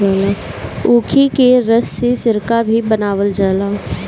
ऊखी के रस से सिरका भी बनावल जाला